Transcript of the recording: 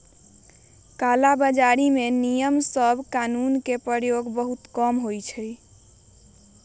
कला बजारी में नियम सभ आऽ कानून के प्रयोग बहुते कम होइ छइ